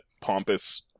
pompous